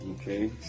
Okay